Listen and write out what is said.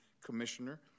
commissioner